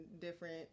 different